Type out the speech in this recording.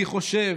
אני חושב,